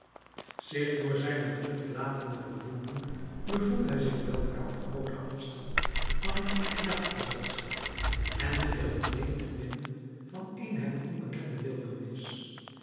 zich door zijne drift latende vervoeren bevond hij zich weldra op grooten afstand van het jagtgezelschap en geheel alleen te midden van eene hem onbekende wildernis